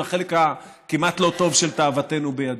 החלק הכמעט-לא-טוב של תאוותנו בידנו,